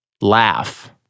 laugh